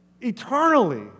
eternally